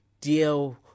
deal